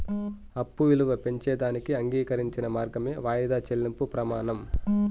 అప్పు ఇలువ పెంచేదానికి అంగీకరించిన మార్గమే వాయిదా చెల్లింపు ప్రమానం